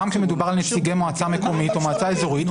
גם כשמדובר על נציגי מועצה מקומית או מועצה אזורית,